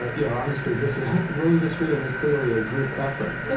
ah you know, obviously this is religious freedom is clearly a group effort, ah